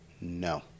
no